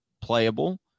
playable